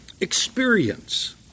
experience